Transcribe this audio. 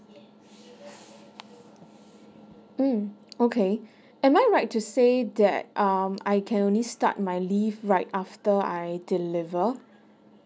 mm okay am I right to say that um I can only start my leave right after I deliver